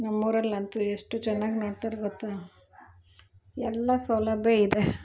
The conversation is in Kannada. ನಮ್ಮೂರಲ್ಲಂತು ಎಷ್ಟು ಚೆನ್ನಾಗ್ ನೋಡ್ತಾರೆ ಗೊತ್ತ ಎಲ್ಲ ಸೌಲಭ್ಯ ಇದೆ